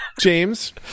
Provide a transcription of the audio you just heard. james